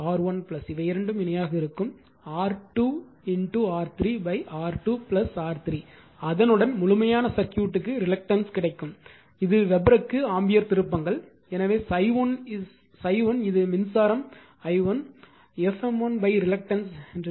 எனவேR1 இவை இரண்டும் இணையாக இருக்கும் R2 R3 R2 R3 அதனுடன் முழுமையான சர்க்யூட்க்கு ரிலக்டன்ஸ் கிடைக்கும் இது வெபருக்கு ஆம்பியர் திருப்பங்கள் எனவே ∅1 இது மின்சாரம் i1 f m1 ரிலக்டன்ஸ் கிடைக்கும்